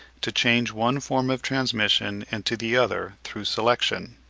to change one form of transmission into the other through selection.